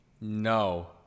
no